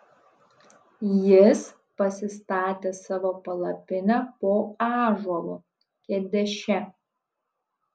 jis pasistatė savo palapinę po ąžuolu kedeše